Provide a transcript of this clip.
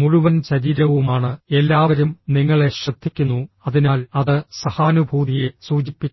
മുഴുവൻ ശരീരവുമാണ് എല്ലാവരും നിങ്ങളെ ശ്രദ്ധിക്കുന്നു അതിനാൽ അത് സഹാനുഭൂതിയെ സൂചിപ്പിക്കുന്നു